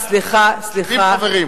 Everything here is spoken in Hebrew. והעברת את זה למרות עם חברים.